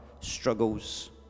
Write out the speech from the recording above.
struggles